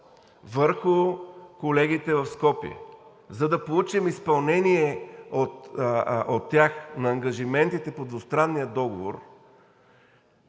върху колегите в Скопие, за да получим изпълнение от тях на ангажиментите по двустранния договор,